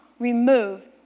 remove